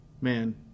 man